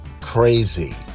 crazy